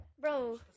bro